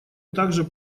также